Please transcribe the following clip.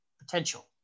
potential